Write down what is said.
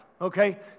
okay